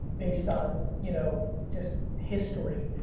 based on you know just history.